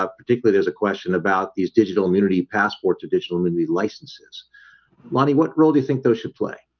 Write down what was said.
ah particularly, there's a question about these digital immunity passport traditional movie licenses lonnie, what role do you think those should play?